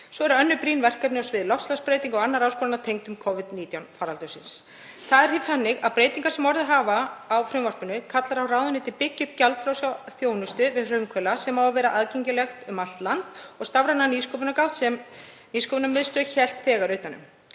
Svo eru önnur brýn verkefni á sviði loftslagsbreytinga og annarrar áskoranna tengd Covid-19 faraldrinum. Það er því þannig að breytingar sem orðið hafa á frumvarpinu kalla á að ráðuneytið byggi upp gjaldfrjálsa þjónustu við frumkvöðla sem á að vera aðgengileg um allt land, og stafræna nýsköpunargátt sem Nýsköpunarmiðstöð hélt þegar utan um.